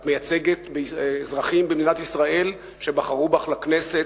את מייצגת אזרחים במדינת ישראל שבחרו בך לכנסת,